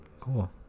cool